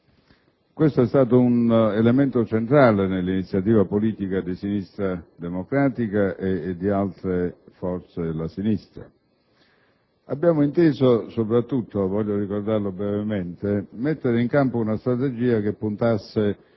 Questo è stato un elemento centrale dell'iniziativa politica di Sinistra Democratica e delle altre forze della sinistra. Abbiamo inteso soprattutto - voglio ricordarlo brevemente - mettere in campo una strategia che puntasse